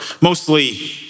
mostly